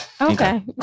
Okay